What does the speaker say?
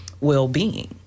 well-being